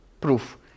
proof